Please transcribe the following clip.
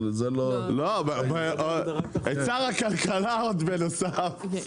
את שר הכלכלה עוד בנוסף?